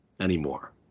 anymore